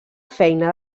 feina